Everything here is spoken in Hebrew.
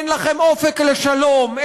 אין לכם אופק לשלום,